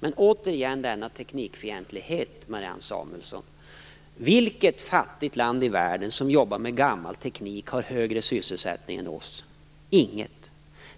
Men återigen kommer denna teknikfientlighet fram, Marianne Samuelsson. Vilket fattigt land i världen som jobbar med gammal teknik har högre sysselsättning än Sverige? Inget!